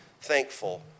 thankful